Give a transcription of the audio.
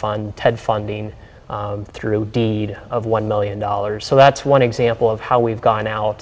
fund ted funding through deed of one million dollars so that's one example of how we've gone out